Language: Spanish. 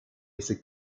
ese